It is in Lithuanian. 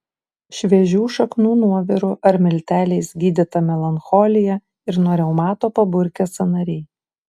šviežių šaknų nuoviru ar milteliais gydyta melancholija ir nuo reumato paburkę sąnariai